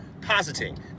positing